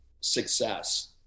success